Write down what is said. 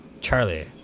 Charlie